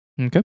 Okay